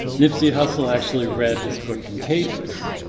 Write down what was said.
nipsey hussle actually read this book contagious